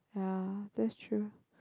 ya that's true